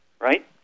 Right